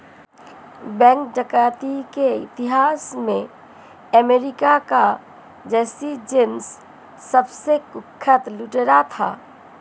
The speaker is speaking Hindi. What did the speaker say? बैंक डकैती के इतिहास में अमेरिका का जैसी जेम्स सबसे कुख्यात लुटेरा था